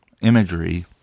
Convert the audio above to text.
imagery